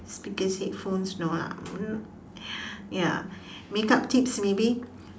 speakers headphones no lah um ya makeup tips maybe